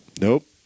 Nope